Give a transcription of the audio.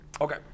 Okay